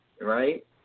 right